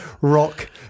rock